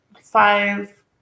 five